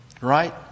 Right